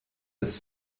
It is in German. des